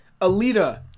Alita